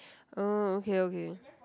oh okay okay